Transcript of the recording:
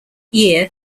year